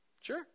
sure